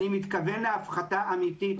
אני מתכוון להפחתה אמיתית,